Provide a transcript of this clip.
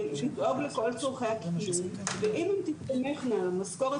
לדאוג לכל צרכי הקיום ואם הן תסתמכנה על המשכורת